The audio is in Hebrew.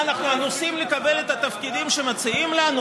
מה, אנחנו אנוסים לקבל את התפקידים שמציעים לנו?